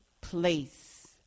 place